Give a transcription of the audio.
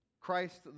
Christ